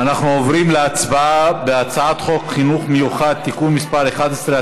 אנחנו עוברים להצבעה על הצעת חוק חינוך מיוחד (תיקון מס' 11),